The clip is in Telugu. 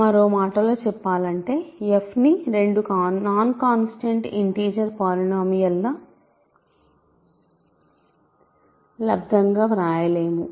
మరో మాటలో చెప్పాలంటే f ని రెండు నాన్ కాన్స్టెంట్ ఇంటిజర్ పాలినోమియల్ ల లబ్దం గా వ్రాయలేము